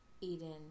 Eden